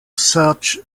such